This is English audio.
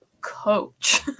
Coach